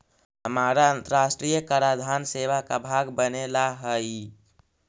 हमारा अन्तराष्ट्रिय कराधान सेवा का भाग बने ला हई